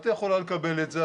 את יכולה לקבל את זה,